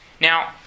Now